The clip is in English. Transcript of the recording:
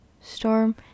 storm